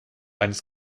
eines